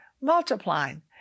multiplying